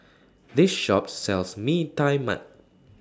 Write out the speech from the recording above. This Shop sells Mee Tai Mak